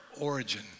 origin